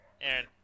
Aaron